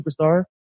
superstar